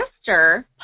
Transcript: sister